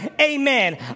Amen